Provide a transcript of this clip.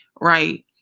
right